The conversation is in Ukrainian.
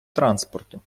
транспорту